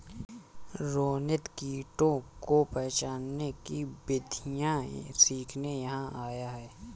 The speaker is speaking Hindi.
रोनित कीटों को पहचानने की विधियाँ सीखने यहाँ आया है